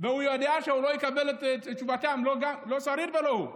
והוא יודע שהוא לא יקבל את קולם, לא שריד ולא הוא.